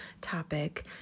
topic